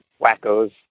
wackos